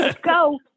Go